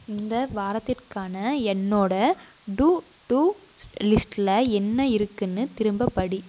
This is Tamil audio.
இந்த வாரத்திற்கான என்னோடய டு டூ லிஸ்ட்டில் என்ன இருக்குதுனு திரும்ப படி